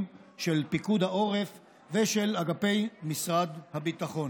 של פיקוד העורף ושל אגפי משרד הביטחון.